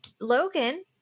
Logan